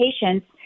patients